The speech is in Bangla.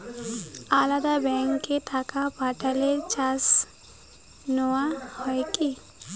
আলাদা ব্যাংকে টাকা পাঠালে চার্জ নেওয়া হয় কি?